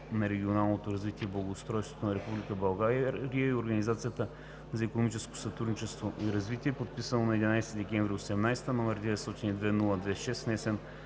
на регионалното развитие и благоустройството на Република България и Организацията за икономическо сътрудничество и развитие, подписано на 11 декември 2018 г., № 902-02-6, внесен